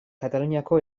kataluniako